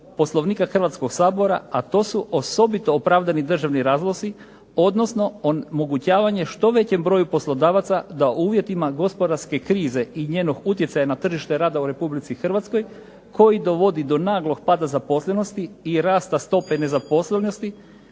Poslovnika Hrvatskog sabora, a to su osobito opravdani državni razlozi, odnosno omogućavanje što većem broju poslodavaca da u uvjetima gospodarske krize i njenog utjecaja na tržište rada u Republici Hrvatskoj koji dovodi do naglog pada zaposlenosti i rasta stope nezaposlenosti